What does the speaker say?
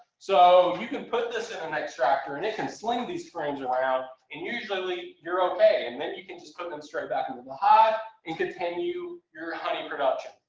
so you can put this in an extractor, and it can sling these frames around and usually you're okay and then you can just put them straight back into the hive and continue your honey production.